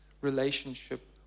relationship